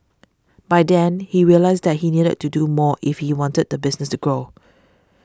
by then he realised that he needed to do more if he wanted the business to grow